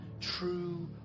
true